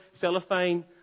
cellophane